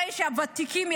הרי הוותיקים,